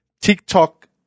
TikTok